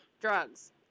drugs